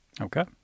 Okay